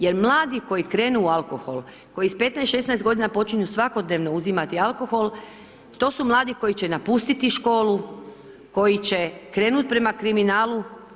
Jer mladi koji krenu u alkohol, koji s 15, 16 godina počinju svakodnevno uzimati alkohol to su mladi koji će napustiti školu, koji će krenuti prema kriminalu.